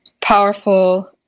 powerful